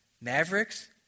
mavericks